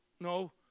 No